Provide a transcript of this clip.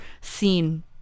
seen